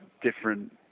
different